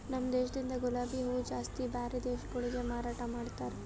ನಮ ದೇಶದಿಂದ್ ಗುಲಾಬಿ ಹೂವ ಜಾಸ್ತಿ ಬ್ಯಾರೆ ದೇಶಗೊಳಿಗೆ ಮಾರಾಟ ಮಾಡ್ತಾರ್